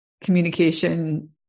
communication